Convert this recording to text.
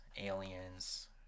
aliens